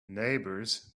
neighbors